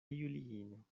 juliino